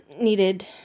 needed